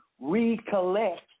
recollect